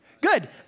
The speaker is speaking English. Good